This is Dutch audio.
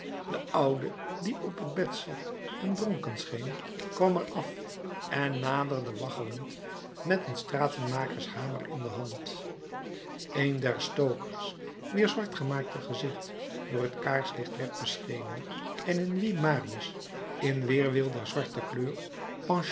de oude die op het bed zat en dronken scheen kwam er af en naderde waggelend met een stratenmakershamer in de hand een der stokers wiens zwartgemaakt gezicht door het kaarslicht werd beschenen en in wien marius in weerwil der zwarte kleur